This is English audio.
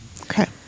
Okay